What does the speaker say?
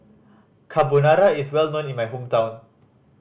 carbonara is well known in my hometown